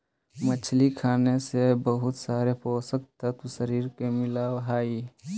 मछली खाने से बहुत सारे पोषक तत्व शरीर को मिलअ हई